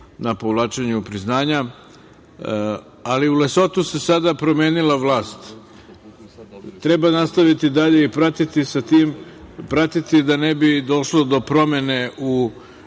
na povlačenju priznanja, ali u Lesotu se sada promenila vlast. Treba nastaviti dalje i pratiti da ne bi došlo do promene u stavu